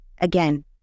again